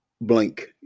blank